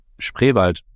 Spreewald